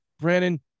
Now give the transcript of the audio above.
Brandon